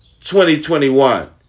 2021